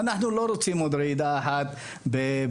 אנחנו לא רוצים עוד אחת בהילולה.